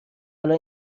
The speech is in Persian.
حالا